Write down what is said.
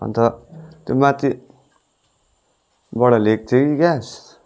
अन्त त्योमाथिबाट ल्याएको थिएँ कि ग्यास